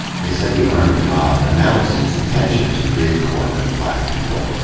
they said the armed mob announced its intention to rid corbin of black people,